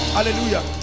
Hallelujah